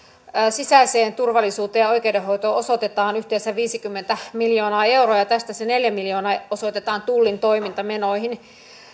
sisäiseen turvallisuuteen ja oikeudenhoitoon osoitetaan yhteensä viisikymmentä miljoonaa euroa ja tästä neljä miljoonaa osoitetaan tullin toimintamenoihin